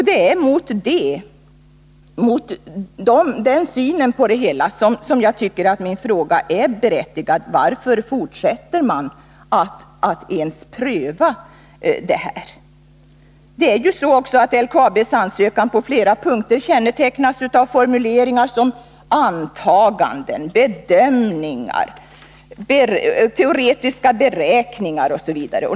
Det är mot den bakgrunden som jag anser att min fråga är berättigad: Varför fortsätter man att ens pröva det här? LKAB:s ansökan kännetecknas ju på flera punkter av formuleringar som ”antaganden”, ”bedömningar”, ”teoretiska beräkningar”.